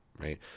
Right